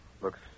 looks